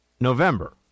November